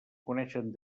coneixen